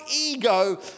ego